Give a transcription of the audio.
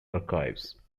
archives